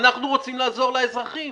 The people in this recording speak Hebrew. ואנחנו רוצים לעזור לאזרחים,